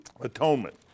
Atonement